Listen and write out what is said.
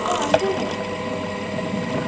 অঁ আছে